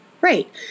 Right